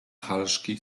halszki